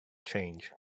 change